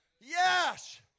Yes